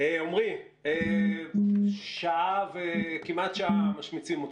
כמעט שעה משמיצים אתכם.